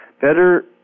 better